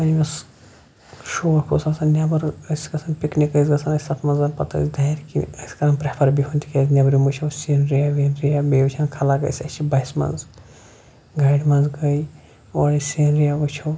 وَنہِ ییٚمِس شوق اوس آسان نٮ۪بر ٲسۍ گژھان پِکنِک ٲسۍ گژھان أسۍ تَتھ منٛز پَتہٕ ٲسۍ دارِ کِنۍ ٲسۍ کَران پرٛٮ۪فَر بِہُن تِکیٛازِ نیٚبرِم وٕچھو سیٖنرِیا ویٖنرِیا بیٚیہِ وٕچھان خلق ٲسۍ اَسہِ چھِ بَسہِ منٛز گاڑِ منٛز گٔے اورٕچ سیٖنرِیا وٕچھو